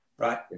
Right